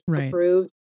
approved